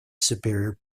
superior